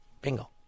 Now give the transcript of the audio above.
Bingo